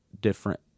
different